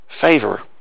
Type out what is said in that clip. favor